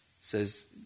says